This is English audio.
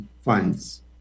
funds